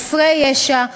חסרי ישע,